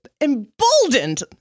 emboldened